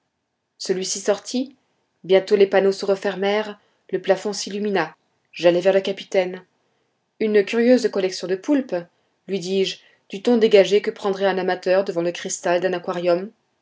celui-ci sortit bientôt les panneaux se refermèrent le plafond s'illumina j'allai vers le capitaine une curieuse collection de poulpes lui dis-je du ton dégagé que prendrait un amateur devant le cristal d'un aquarium